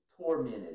tormented